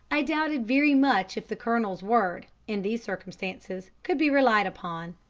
i doubted very much if the colonel's word, in these circumstances, could be relied upon.